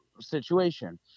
situation